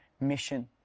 mission